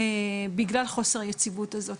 עקב חוסר היציבות הזו.